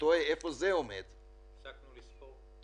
במלוא ההתחייבויות שלו כלפי כל תושבי מדינת ישראל באשר